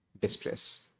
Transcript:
distress